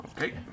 Okay